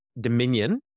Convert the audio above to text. dominion